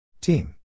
Team